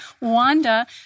Wanda